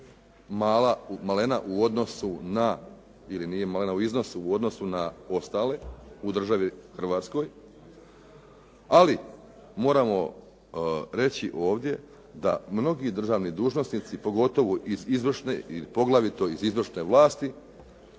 malena u odnosu, ili nije malena u iznosu u odnosu na ostale u državi Hrvatskoj. Ali moramo reći ovdje da mnogi državni dužnosnici pogotovo iz izvršne ili poglavito iz izvršne vlasti